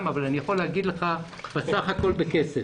אבל אני יכול להגיד לך בסך הכול בכסף.